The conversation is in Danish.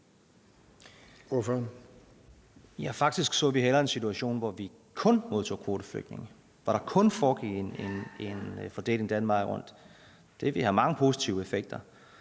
Ja, faktisk så vi hellere en situation, hvor vi kun modtog kvoteflygtninge, hvor der kun foregik en fordeling den vej rundt. Det ville have mange positive effekter.